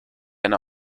eine